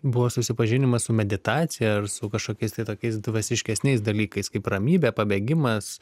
buvo susipažinimas su meditacija ar su kažkokiais tai tokiais dvasiškesnės dalykais kaip ramybė pabėgimas